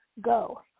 go